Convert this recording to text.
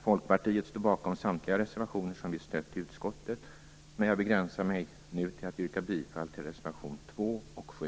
Folkpartiet står bakom samtliga reservationer som vi stött i utskottet, men jag begränsar mig nu till att yrka bifall till reservationerna 2 och 7.